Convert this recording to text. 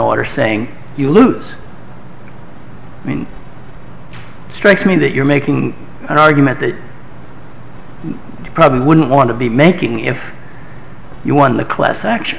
order saying you lose i mean it strikes me that you're making an argument that you probably wouldn't want to be making if you won the class action